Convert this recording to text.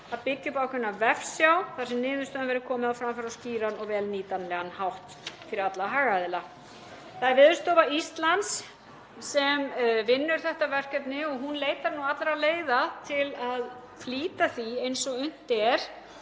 að byggja upp ákveðna vefsjá þar sem niðurstöðum verður komið á framfæri á skýran og vel nýtanlegan hátt fyrir alla hagaðila. Það er Veðurstofa Íslands sem vinnur þetta verkefni og hún leitar nú allra leiða til að flýta því eins og unnt